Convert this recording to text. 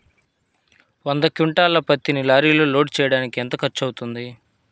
వంద క్వింటాళ్ల పత్తిని లారీలో లోడ్ చేయడానికి ఎంత ఖర్చవుతుంది?